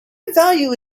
value